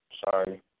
Sorry